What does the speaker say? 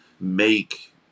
make